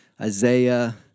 Isaiah